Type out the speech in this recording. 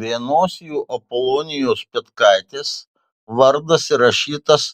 vienos jų apolonijos petkaitės vardas įrašytas